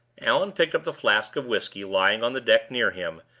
allan picked up the flask of whisky lying on the deck near him,